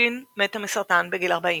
ג'ין מתה מסרטן בגיל 40,